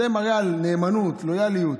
זה מראה נאמנות, לויאליות.